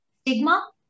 stigma